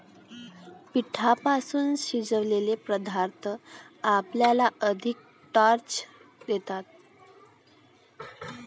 पिठापासून शिजवलेले पदार्थ आपल्याला अधिक स्टार्च देतात